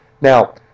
Now